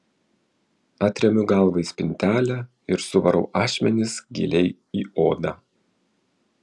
atremiu galvą į spintelę ir suvarau ašmenis giliai į odą